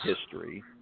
history